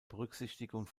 berücksichtigung